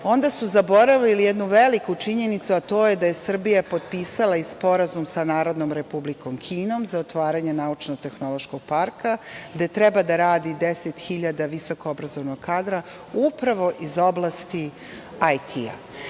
onda su zaboravili jednu veliku činjenicu, a to je da je Srbija potpisala sporazum sa Narodnom Republikom Kinom za otvaranje naučnotehnološkog parka gde treba da radi 10.000 visoko obrazovnog kadra, upravo iz oblasti IT.